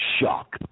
Shock